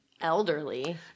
elderly